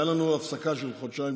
הייתה לנו הפסקה של חודשיים-שלושה